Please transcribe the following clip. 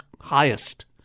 highest